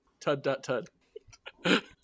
Tud.tud